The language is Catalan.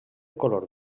color